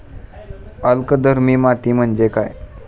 अल्कधर्मी माती म्हणजे काय?